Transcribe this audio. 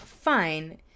fine